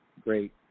great